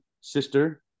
sister